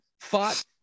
fought